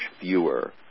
fewer